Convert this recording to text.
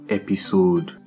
episode